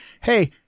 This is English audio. hey